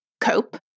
cope